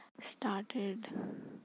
started